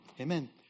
Amen